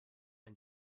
and